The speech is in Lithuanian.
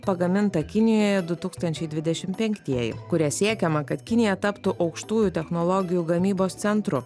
pagaminta kinijoje du tūkstančiai dvidešimt penktieji kuria siekiama kad kinija taptų aukštųjų technologijų gamybos centru